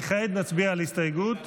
וכעת נצביע על הסתייגות,